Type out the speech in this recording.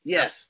Yes